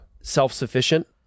self-sufficient